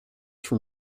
from